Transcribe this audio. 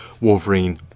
Wolverine